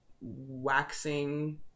waxing